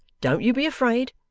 don't you be afraid.